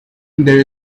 there